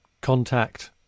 contact